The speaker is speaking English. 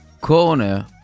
corner